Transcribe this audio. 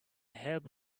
help